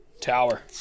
Tower